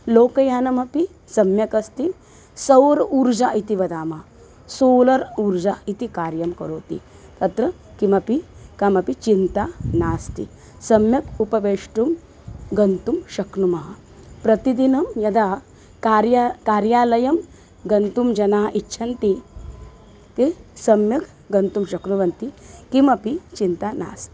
लोकयानमपि सम्यक् अस्ति सौरऊर्जा इति वदामः सोलर् ऊर्जा इति कार्यं करोति तत्र किमपि कमपि चिन्ता नास्ति सम्यक् उपवेष्टुं गन्तुं शक्नुमः प्रतिदिनं यदा कार्या कार्यालयं गन्तुं जनाः इच्छन्ति ते सम्यक् गन्तुं शक्नुवन्ति किमपि चिन्ता नास्ति